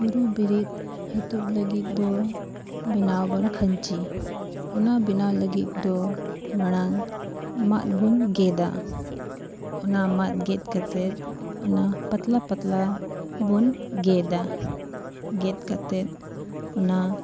ᱠᱟᱨᱩ ᱵᱤᱨᱤᱫ ᱦᱤᱛᱳᱜ ᱞᱟᱹᱜᱤᱫ ᱫᱚ ᱵᱮᱱᱟᱣᱟ ᱵᱚᱱ ᱠᱷᱟᱹᱧᱪᱤ ᱚᱱᱟ ᱵᱮᱱᱟᱣ ᱞᱟᱹᱜᱤᱫ ᱫᱚ ᱢᱟᱲᱟᱝ ᱢᱟᱫ ᱵᱚᱱ ᱜᱮᱫᱟ ᱚᱱᱟ ᱢᱟᱫ ᱜᱮᱫ ᱠᱟᱛᱮᱫ ᱚᱱᱟ ᱯᱟᱛᱞᱟ ᱯᱟᱛᱞᱟ ᱵᱚᱱ ᱜᱮᱫᱟ ᱜᱮᱫ ᱠᱟᱛᱮᱫ ᱚᱱᱟ